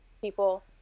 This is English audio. people